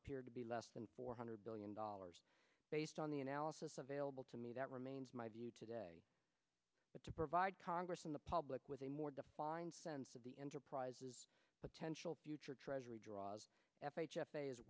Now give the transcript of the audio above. appeared to be less than four hundred billion dollars based on the analysis available to me that remains my view today but to provide congress and the public with a more defined sense of the enterprise's potential future treasury draws f